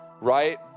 right